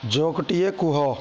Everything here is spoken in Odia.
ଜୋକ୍ଟିଏ କୁହ